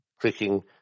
clicking